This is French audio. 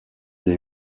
des